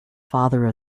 father